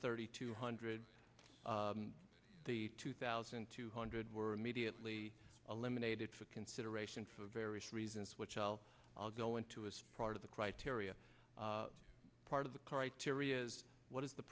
thirty two hundred the two thousand two hundred were immediately eliminated for consideration for various reasons which i'll i'll go into as part of the criteria part of the criteria is what is the